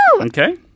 Okay